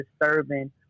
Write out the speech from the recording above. disturbing